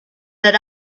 that